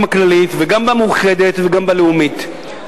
"כללית" וגם ב"מאוחדת" וגם ב"לאומית"?